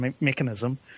mechanism